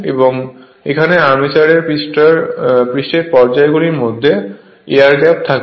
এবং এখানে আর্মেচার পৃষ্ঠের পর্যায়গুলির মধ্যে এয়ার গ্যাপ থাকে